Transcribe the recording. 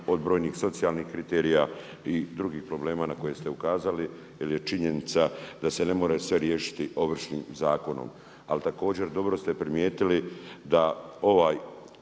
od brojnih socijalnih kriterija i drugih problema na koje ste ukazali jel je činjenica da se ne more sve riješiti Ovršnim zakonom. Ali također dobro ste primijetili, ne